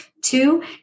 Two